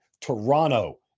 Toronto